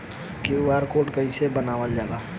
QR code कइसे बनवाल जाला?